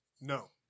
No